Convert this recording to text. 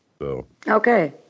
Okay